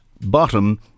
bottom